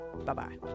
Bye-bye